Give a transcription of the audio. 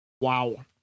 Wow